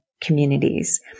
communities